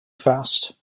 fast